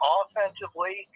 offensively